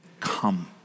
come